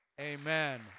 Amen